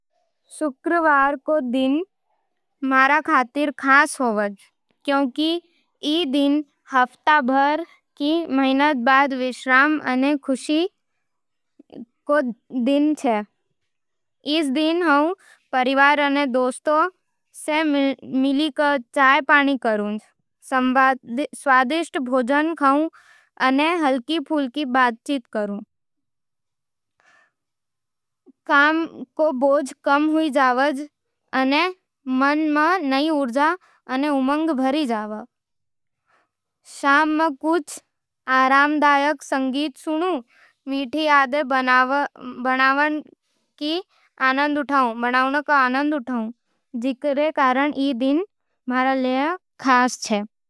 शुक्रवार रो दिन मेरे खातर खास होवे, क्यूंकि ई दिन हफ्ता भर री मेहनत बाद विश्राम अने खुशी भर देवे। इस दिन मैं परिवार अने दोस्तों सै मिलके चाय-पानी करूं, स्वादिष्ट भोजन खाऊं अने हल्की-फुल्की बातचीत करूं। काम रो बोझ कम हो जावे अने मन में नई ऊर्जा अने उमंग। शाम में कुछ आरामदायक संगीत सुन, मीठी यादां बनावण रो आनंद उठावूं, जिकरो कारण ई दिन रो अनुभव सुखद अने यादगार हो जावे।